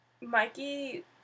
Mikey